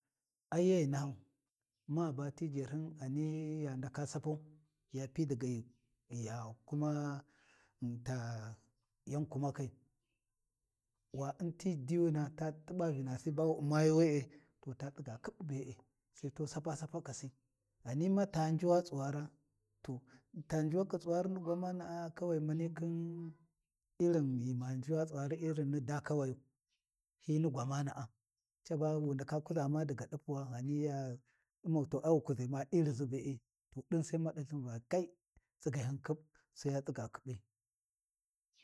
Ai ye nahau, ma ba ti jarhin ghani ya ndaka sapau ya pi daga ghi ya kumaa ta yan kumakai, wa U’nti diyuna ta t’iɓa vinasi bawu U’mayi we’e to ta tsiga khib be’e, Sai to sapa sapakasi ghani ma ta njuwa tsuwara, to ta njuwakhi tsuwari ni gwamana’a kuwai mani khin irin ghi ma njuwa tsuwari irim ni daa kawayu, hin ni gwamana’a caba wundaka kuʒa ma daga ɗapuwa ghani ya U’mau to awu kuʒi ma iriʒi be’e to ɗin sai ma ɗalthin Va kai tsigyehun khib, sai ya tsiga khiɓi.